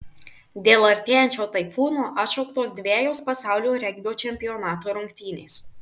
dėl artėjančio taifūno atšauktos dvejos pasaulio regbio čempionato rungtynės